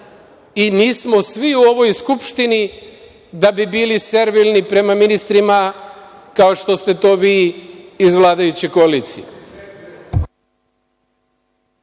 i nismo svi u ovoj Skupštini da bi bili servilni prema ministrima, kao što ste to vi iz vladajuće koalicije.